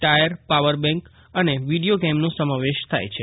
tyre power bank અને video ગેઇમનો સમાવેશ થાય છે